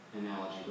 analogy